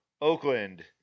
Oakland